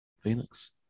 Phoenix